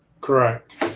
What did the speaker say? Correct